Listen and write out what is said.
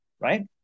right